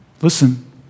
Listen